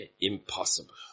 Impossible